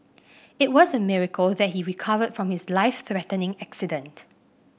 it was a miracle that he recovered from his life threatening accident